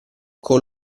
con